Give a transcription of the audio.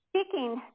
Speaking